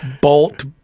Bolt